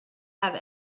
have